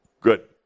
Good